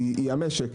היא המשק,